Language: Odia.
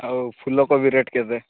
ଆଉ ଫୁଲକୋବି ରେଟ୍ କେତେ